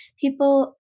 people